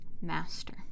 Master